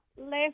left